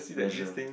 measure